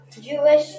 Jewish